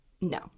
no